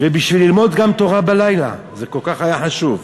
גם בשביל ללמוד תורה בלילה, זה היה כל כך חשוב.